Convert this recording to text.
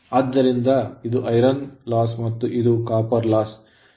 ಆದ್ದರಿಂದ ಇದು iron loss ಮತ್ತು ಇದು copper loss